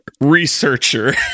researcher